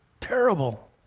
terrible